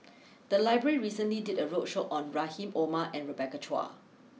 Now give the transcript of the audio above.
the library recently did a roadshow on Rahim Omar and Rebecca Chua